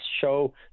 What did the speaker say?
show